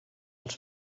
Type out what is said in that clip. als